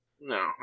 No